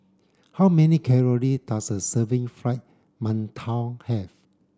how many calorie does a serving fried mantou have